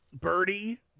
birdie